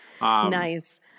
nice